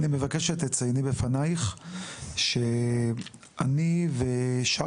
אני מבקש שתציינו בפניך שאני ושאר